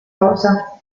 rosa